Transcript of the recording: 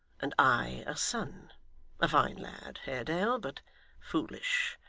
and i a son a fine lad, haredale, but foolish.